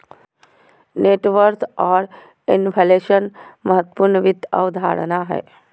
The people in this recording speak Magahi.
नेटवर्थ आर इन्फ्लेशन महत्वपूर्ण वित्त अवधारणा हय